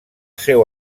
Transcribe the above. seu